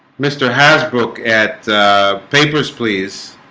mr. hasbrouck at papers please